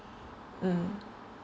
mm